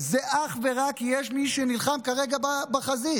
זה אך ורק כי יש מי שנלחם כרגע בחזית.